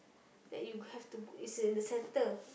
that you have to go it's in the center